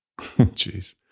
Jeez